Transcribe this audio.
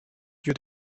lieu